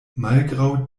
malgraŭ